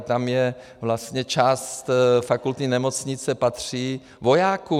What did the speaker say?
Tam je vlastně... část fakultní nemocnice patří vojákům.